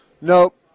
Nope